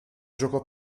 giocò